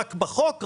בחוק,